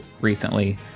recently